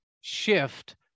shift